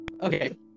Okay